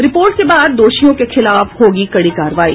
report के बाद दोषियों के खिलाफ होगी कड़ी कार्रवाई